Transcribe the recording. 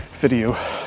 video